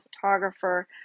photographer